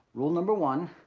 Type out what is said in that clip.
rule number one,